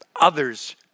others